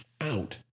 out